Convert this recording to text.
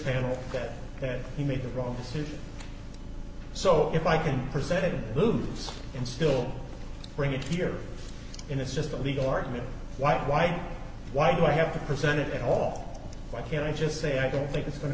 panel that said he made the wrong decision so if i can present it moves can still bring it here and it's just a legal argument why why why do i have to present it at all why can't i just say i don't think it's going to